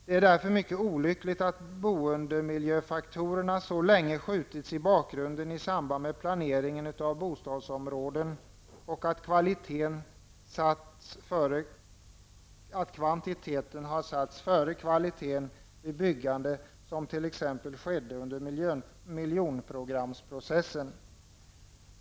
Det är därför mycket olyckligt att boendemiljöfaktorerna så länge skjutits i bakgrunden i samband med planeringen av bostadsområden och att kvantitet satts före kvalitet vid byggandet, vilket t.ex. skedde under miljonprogramprocessen.